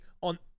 on